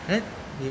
then 你